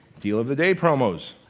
deal-of-the-day promos.